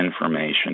information